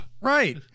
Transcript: Right